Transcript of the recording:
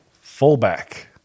fullback